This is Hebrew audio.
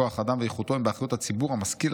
כוח אדם ואיכותו הם באחריות הציבור המשכיל,